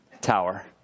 Tower